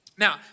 Now